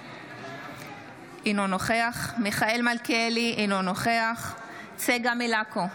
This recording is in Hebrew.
אינו נוכח מיכאל מלכיאלי, אינו נוכח צגה מלקו,